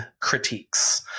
critiques